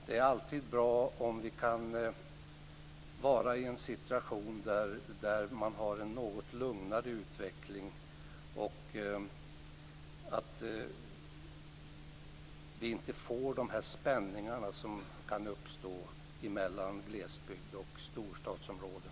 Det är bra om vi kan skapa en situation där man har en något lugnare utveckling så att vi inte får de spänningar som kan uppstå mellan glesbygd och storstadsområden.